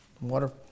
Water